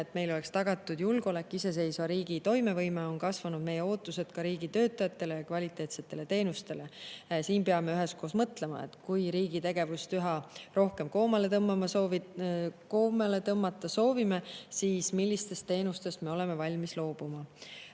et meil oleks tagatud julgeolek ja iseseisva riigi toimevõime, on kasvanud meie ootused ka riigitöötajatele ja kvaliteetsetele teenustele. Siin peame üheskoos mõtlema, et kui riigi tegevust üha rohkem koomale tõmmata soovime, siis millistest teenustest me oleme valmis loobuma. Teine